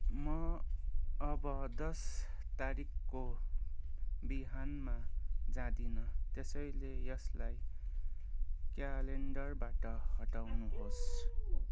म अब दस तारिकको विवाहमा जादिनँ त्यसैले यसलाई क्यालेन्डरबाट हटाउनुहोस्